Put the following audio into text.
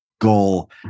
goal